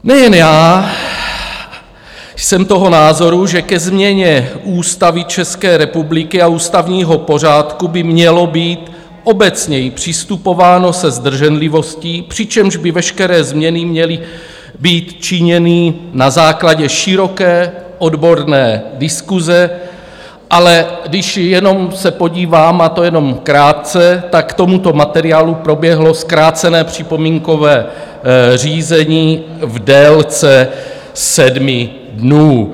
Nejen já jsem toho názoru, že ke změně Ústavy České republiky a ústavního pořádku by mělo být obecněji přistupováno se zdrženlivostí, přičemž by veškeré změny měly být činěny na základě široké odborné diskuse, ale když jenom se podívám, a to jenom krátce, tak k tomuto materiálu proběhlo zkrácené připomínkové řízení v délce 7 dnů.